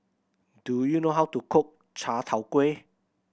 do you know how to cook chai tow kway